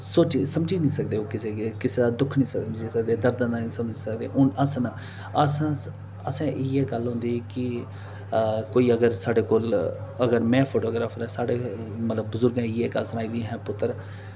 सोची समझी नी सकदे ओह् कुसै गी कुसै दा दुक्ख नी समझी सकदे दर्दा दा नेईं समझी सकदे हून हस्सना हस्सना असें इयै गल्ल होंदी कि कोई अगर साढ़े कोल अगर में फोटोग्राफर आं साढ़े मतलब बजुर्गें इयै गल्ल सनाई दी अहें पुत्तर